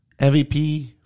MVP